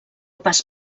pas